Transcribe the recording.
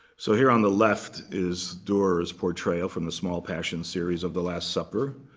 so here on the left is durer's portrayal from the small passion series of the last supper.